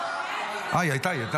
--- היא הייתה?